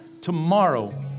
tomorrow